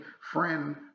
friend